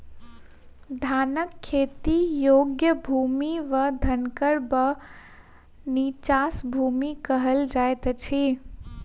धानक खेती योग्य भूमि क धनहर वा नीचाँस भूमि कहल जाइत अछि